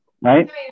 right